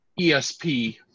ESP